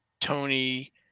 Tony